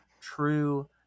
true